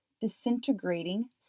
disintegrating